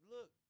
Look